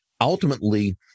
ultimately